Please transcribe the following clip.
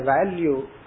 Value